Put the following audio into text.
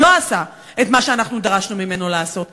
לא עשה את מה שאנחנו דרשנו ממנו לעשות.